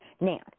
Now